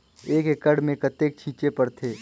एक एकड़ मे कतेक छीचे पड़थे?